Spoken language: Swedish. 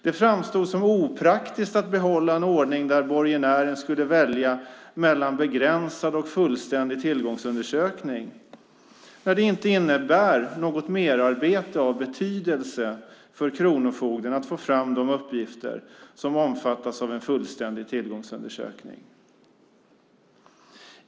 Det framstod som opraktiskt att behålla en ordning där borgenären skulle välja mellan begränsad och fullständig tillgångsundersökning när det inte innebär något merarbete av betydelse för kronofogden att få fram de uppgifter som omfattas av en fullständig tillgångsundersökning.